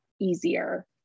easier